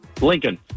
Lincoln